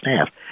staff